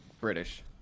British